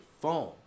phone